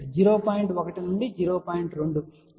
2 లేదా 0